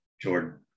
Jordan